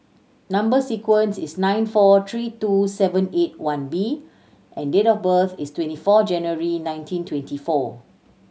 number sequence is S nine four three two seven eight one B and date of birth is twenty four January nineteen twenty four